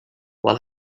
what